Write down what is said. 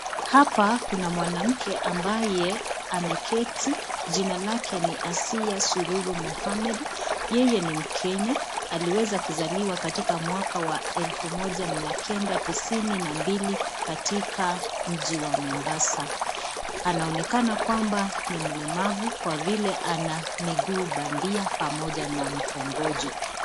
Hapa kuna mwanamke ambaye ameketi, jina lake ni Asiya Sururu Muhammad, yeye ni mkenya aliweza kuzaliwa katika mwaka wa elfu moja mia kenda tisini na mbili katika mji wa Mombasa , anaonekana kwamba ni mlemavu kwa vile ana miguu bandia pamoja na mkongojo.